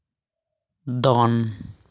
ᱫᱚᱱ